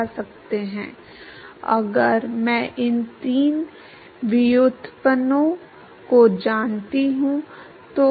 तो जो भी मान df by d eta है जिस पर यह 099 के बराबर है आपको बताता है कि संबंधित सीमा परत मोटाई सही है